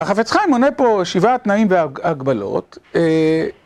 החפץ חיים עונה פה שבעה תנאים והגבלות.